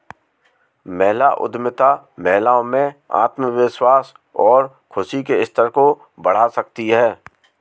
महिला उद्यमिता महिलाओं में आत्मविश्वास और खुशी के स्तर को बढ़ा सकती है